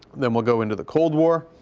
then we'll go into the cold war.